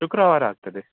ಶುಕ್ರವಾರ ಆಗ್ತದೆ